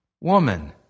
Woman